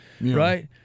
right